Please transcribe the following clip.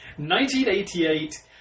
1988